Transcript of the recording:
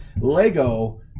Lego